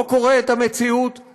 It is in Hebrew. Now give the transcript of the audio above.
לא קורא את המציאות,